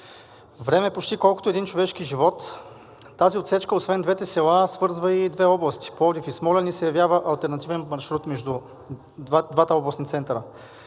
време почти колкото един човешки живот. Тази отсечка освен двете села свързва и две области – Пловдив и Смолян, и се явява алтернативен маршрут между двата областни центъра.